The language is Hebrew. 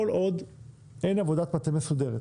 כל עוד אין עבודת מטה מסודרת